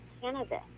cannabis